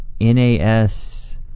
NAS